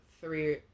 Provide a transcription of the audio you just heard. three